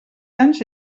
anys